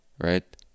right